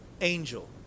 angel